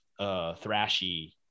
thrashy